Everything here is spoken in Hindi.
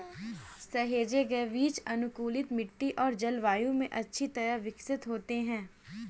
सहेजे गए बीज अनुकूलित मिट्टी और जलवायु में अच्छी तरह से विकसित होते हैं